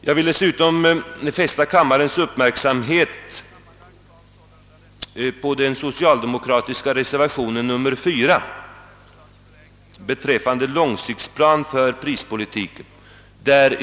Jag vill dessutom fästa kammarens uppmärksamhet på den socialdemokratiska reservationen 4 beträffande långsiktsplan för prispolitiken.